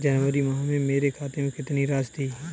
जनवरी माह में मेरे खाते में कितनी राशि थी?